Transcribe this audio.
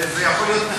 זה יכול להיות נחמד.